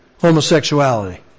Homosexuality